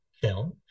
film